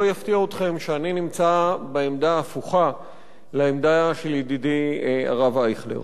לא יפתיע אתכם שאני נמצא בעמדה ההפוכה לעמדה של ידידי הרב אייכלר.